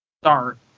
start